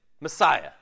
Messiah